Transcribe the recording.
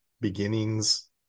beginnings